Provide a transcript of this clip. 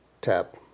tap